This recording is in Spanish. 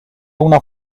una